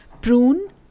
prune